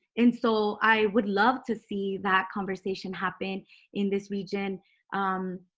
and so i would love to see that conversation happen in this region um